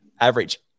average